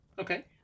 Okay